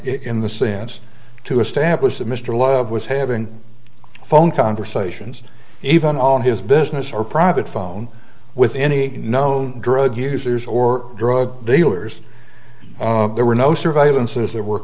in the sense to establish that mr lab was having phone conversations even on his business or private phone with any no drug users or drug dealers there were no surveillance is there were